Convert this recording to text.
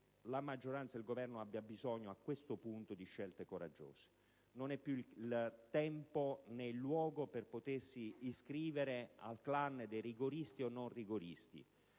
la maggioranza e il Governo abbiano bisogno a questo punto di scelte coraggiose. Non è più il tempo né il luogo per potersi iscrivere al *clan* dei rigoristi, o dei non rigoristi,